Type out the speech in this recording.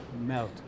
melt